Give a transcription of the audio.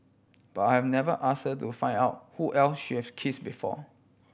but I've never ask her to find out who else she's kiss before